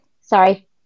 Sorry